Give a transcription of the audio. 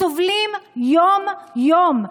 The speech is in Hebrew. סובלים יום-יום.